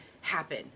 happen